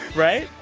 right?